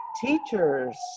teachers